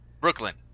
Brooklyn